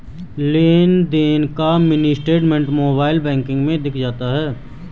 लेनदेन का mini statement mobile banking में दिख जाता है